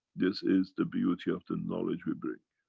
this is the beauty of the knowledge we bring.